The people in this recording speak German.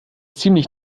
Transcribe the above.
ziemlich